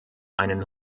einen